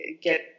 get